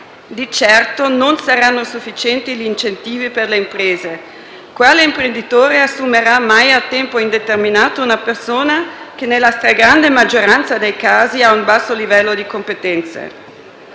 Di certo non saranno sufficienti gli incentivi per le imprese. Quale imprenditore assumerà mai a tempo indeterminato una persona che, nella stragrande maggioranza dei casi, ha un basso livello di competenze?